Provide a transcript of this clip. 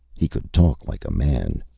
he could talk like a man.